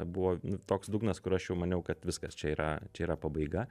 buvo toks dugnas kur aš jau maniau kad viskas čia yra čia yra pabaiga